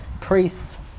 priests